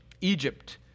Egypt